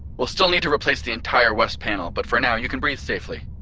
we'll still need to replace the entire west panel, but for now, you can breathe safely